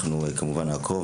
אנחנו, כמובן, נעקוב.